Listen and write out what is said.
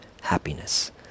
happiness